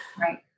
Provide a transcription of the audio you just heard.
Right